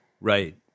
Right